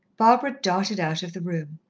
barbara darted out of the room.